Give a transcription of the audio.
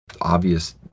obvious